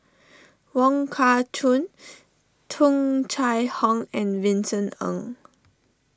Wong Kah Chun Tung Chye Hong and Vincent Ng